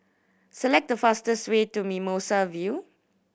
select the fastest way to Mimosa View